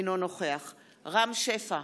אינו נוכח רם שפע,